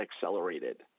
accelerated